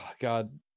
God